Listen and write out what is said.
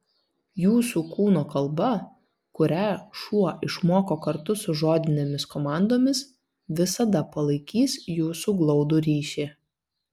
jūsų kūno kalba kurią šuo išmoko kartu su žodinėmis komandomis visada palaikys jūsų glaudų ryšį